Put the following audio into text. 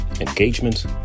engagement